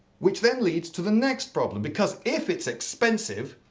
which then leads to the next problem. because if it's expensive,